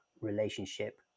relationship